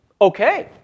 okay